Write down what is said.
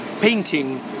painting